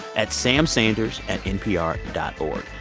at samsanders at npr dot o r